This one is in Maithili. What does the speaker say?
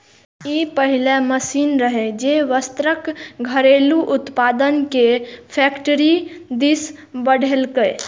ई पहिल मशीन रहै, जे वस्त्रक घरेलू उत्पादन कें फैक्टरी दिस बढ़ेलकै